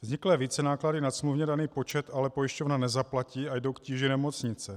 Vzniklé vícenáklady nad smluvně daný počet ale pojišťovna nezaplatí a jdou k tíži nemocnice.